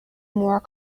more